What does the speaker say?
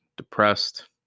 depressed